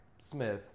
Smith